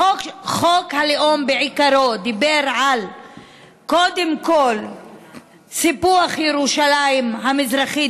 חוק הלאום בעיקרו דיבר קודם כול על סיפוח ירושלים המזרחית